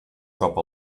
cop